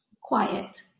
quiet